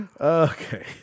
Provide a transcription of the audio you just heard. okay